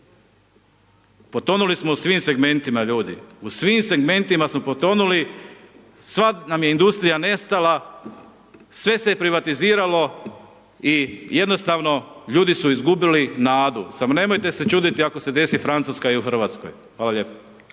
Potonuli smo u svim segmentima ljudi, u svim segmentima smo potonuli, sva nam je industrija nestala, sve se je privatiziralo i jednostavno ljudi su izgubili nadu, samo nemojte se čuditi ako se desi Francuska i u RH. Hvala lijepo.